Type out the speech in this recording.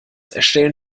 erstellen